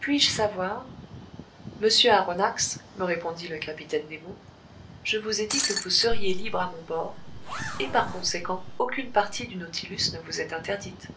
puis-je savoir monsieur aronnax me répondit le capitaine nemo je vous ai dit que vous seriez libre à mon bord et par conséquent aucune partie du nautilus ne vous est interdite